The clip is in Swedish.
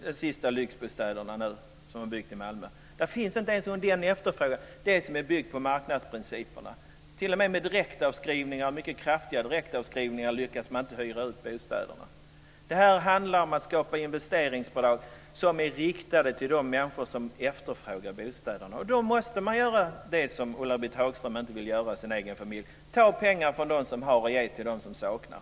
De sista lyxbostäderna som byggts i Malmö får vi inte uthyrda. Det finns inte ens en efterfrågan - det gäller då sådant som bygger på marknadsprinciperna. Inte ens med mycket kraftiga direktavskrivningar lyckas man hyra ut bostäderna. Det handlar om att skapa investeringsbolag som riktar sig till människor som efterfrågar bostäder, och då måste man göra det som Ulla-Britt Hagström inte vill göra i sin egen familj, nämligen ta pengar från dem som har och ge till dem som saknar.